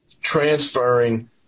transferring